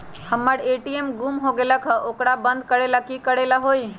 हमर ए.टी.एम गुम हो गेलक ह ओकरा बंद करेला कि कि करेला होई है?